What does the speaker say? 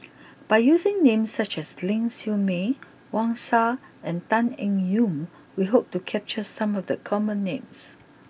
by using names such as Ling Siew May Wang Sha and Tan Eng Yoon we hope to capture some of the common names